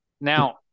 Now